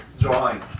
drawing